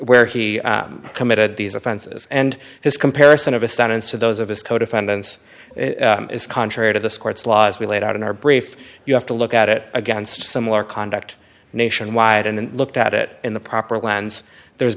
where he committed these offenses and his comparison of a sentence to those of his co defendants is contrary to this court's laws we laid out in our brief you have to look at it against similar conduct nationwide and looked at it in the proper lens there's